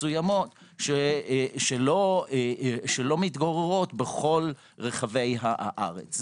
מסוימות, שלא מתגוררות בכל רחבי הארץ.